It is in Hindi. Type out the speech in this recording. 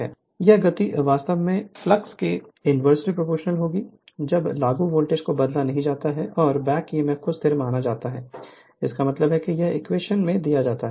Refer Slide Time 0328 Refer Slide Time 0342 यह गति वास्तव में फ्लक्स के इन्वर्सली प्रोपोर्शनल होती है जब लागू वोल्टेज को बदला नहीं जाता है और बैक ईएमएफ को स्थिर माना जा सकता है इसका मतलब है कि यह इस इक्वेशन में दिया गया है